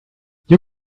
you